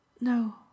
no